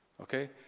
Okay